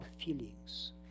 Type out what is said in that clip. feelings